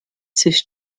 sich